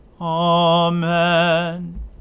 Amen